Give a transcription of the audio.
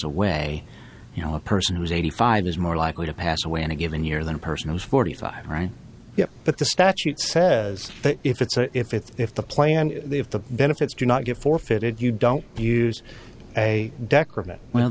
away you know a person who's eighty five is more likely to pass away in a given year than a person who is forty five right but the statute says that if it's if if if the plan if the benefits do not get forfeited you don't use a decorative well